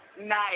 Nice